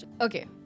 Okay